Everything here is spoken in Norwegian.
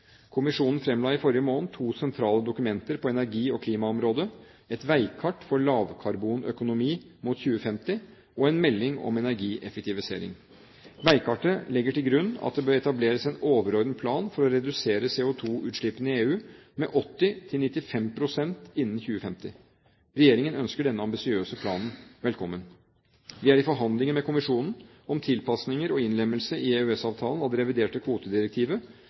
Kommisjonen fremla i forrige måned to sentrale dokumenter på energi- og klimaområdet: et veikart for lavkarbonøkonomi mot 2050 og en melding om energieffektivisering. Veikartet legger til grunn at det bør etableres en overordnet plan for å redusere CO2-utslippene i EU med 80–95 pst. innen 2050. Regjeringen ønsker denne ambisiøse planen velkommen. Vi er i forhandlinger med kommisjonen om tilpasninger og innlemmelse i EØS-avtalen av det reviderte kvotedirektivet.